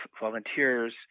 volunteers